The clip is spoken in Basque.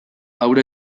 haur